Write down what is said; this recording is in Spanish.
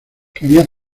quería